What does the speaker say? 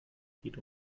geht